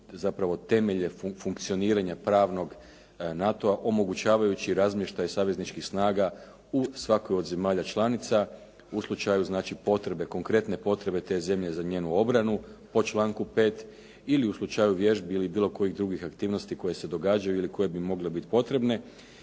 zapravo temelje funkcioniranja pravnog NATO-a omogućavajući razmještaj savezničkih snaga u svakoj od zemalja članica. U slučaju znači potrebe, konkretne potrebe te zemlje za njenu obrane po članku 5. ili u slučaju vježbi ili bilo kojih drugih aktivnosti koje se događaju ili koje bi mogle biti potrebne.